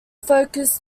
focused